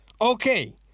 Okay